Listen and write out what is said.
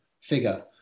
figure